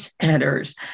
centers